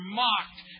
mocked